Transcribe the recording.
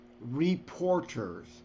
reporters